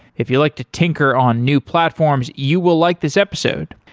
if you like to tinker on new platforms, you will like this episode.